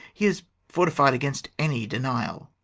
he's fortified against any denial.